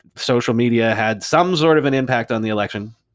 social media had some sort of and impact on the election.